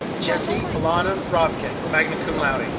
jessie alana robkin, magna cum laude.